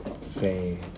fade